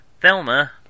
thelma